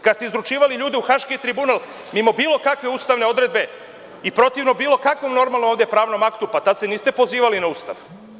Kada ste izručivali ljude u Haški tribunal, mimo bilo kakve ustavne odredbe i protivno bilo kakvom normalnom pravnom aktu, tada se niste pozivali na Ustav.